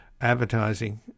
advertising